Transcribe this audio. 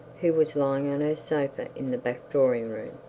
who was lying on her sofa in the back drawing-room.